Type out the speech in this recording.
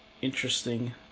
interesting